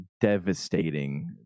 devastating